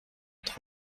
être